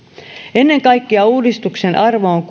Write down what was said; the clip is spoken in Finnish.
ennen kaikkea uudistuksen arvo on